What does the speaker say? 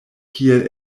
kiel